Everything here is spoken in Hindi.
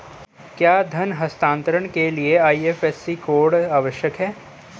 क्या धन हस्तांतरण के लिए आई.एफ.एस.सी कोड आवश्यक है?